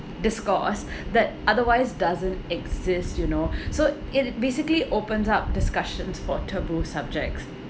this cause that otherwise doesn't exist you know so it it basically opens up discussions for taboo subjects